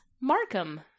Markham